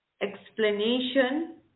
explanation